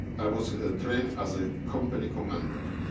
i was trained as a company commander.